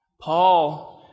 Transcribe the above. Paul